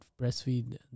breastfeed